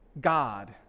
God